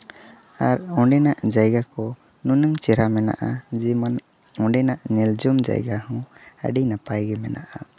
ᱟᱨ ᱚᱸᱰᱮᱱᱟᱜ ᱡᱟᱭᱜᱟ ᱠᱚ ᱱᱩᱱᱟᱹᱝ ᱪᱮᱦᱨᱟ ᱢᱮᱱᱟᱜᱼᱟ ᱡᱮᱢᱚᱱ ᱚᱸᱰᱮᱱᱟᱜ ᱧᱮᱞ ᱡᱚᱝ ᱡᱟᱭᱜᱟ ᱦᱚᱸ ᱟᱹᱰᱤ ᱱᱟᱯᱟᱭᱜᱮ ᱢᱮᱱᱟᱜᱼᱟ